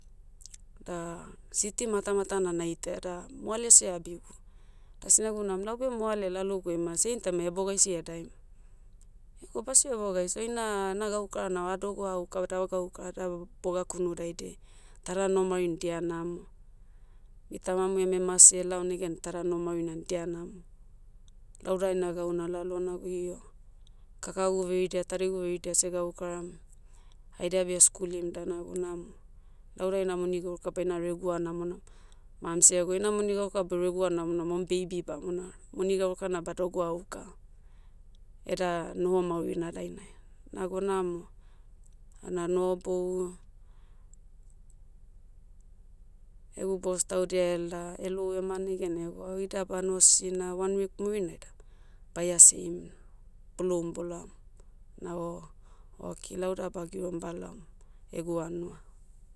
Da, city matamatana naitaia da, moale seabigu. Da sinagu nam laube moale laloguai ma same time ma hebogahisi edaem. Ego basio bogais oina, na gaukara na adogoa auka vada gaukara da, boga kunu daidai. Tada noho maurin dia namo. Mi tamami eme mase elao negan tada noho maurina dia namo. Lauda ena gau nalalo nag io, kakagu veridia tadigu veridia segaukaram, haida beh eskulim da nago namo, lauda eina moni gauka baina regua namonam. Mams ego ina moni gauka boregua namonam oem baby bamona. Moni gaukara na badogoa auka, eda noho maurina dainai. Nago namo. Ah nanohobou, egu bos taudia ela, elou ema negene ego o oida bano sisina one week murinai da, baia siaim. Boloum bolaom. Na o, okay lauda bagirom balaom, egu hanua.